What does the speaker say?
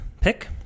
pick